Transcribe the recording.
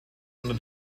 unter